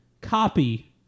copy